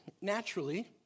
naturally